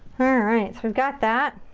alright, so we've got that.